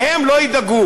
להם לא ידאגו.